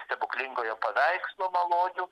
stebuklingojo paveikslo malonių